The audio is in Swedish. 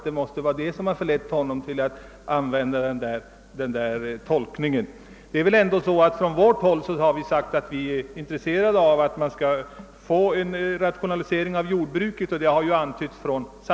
Det måste ha varit detta som förlett honom till en sådan tolkning. Vi har sagt att vi på vårt håll är intresserade av en fortgående rationalisering av jordbruket.